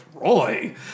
Roy